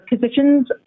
positions